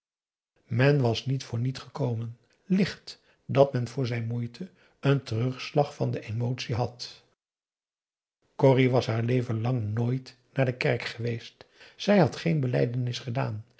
men was niet voor niet gekomen licht dat men voor zijn moeite een terugslag van de emotie had corrie was haar leven lang nooit naar de kerk geweest zij had geen belijdenis gedaan